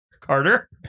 Carter